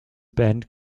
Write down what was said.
band